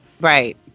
right